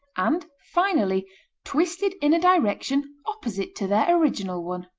and finally twisted in a direction opposite to their original one.